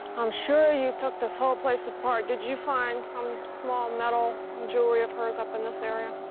i'm sure you took this whole place apart. did you find some small, metal jewelry of hers up in this area?